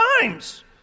times